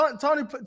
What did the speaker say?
Tony